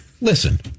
Listen